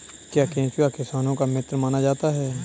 क्या केंचुआ किसानों का मित्र माना जाता है?